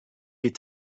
est